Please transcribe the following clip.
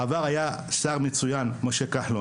בעבר היה שר מצוין, משה כחלון,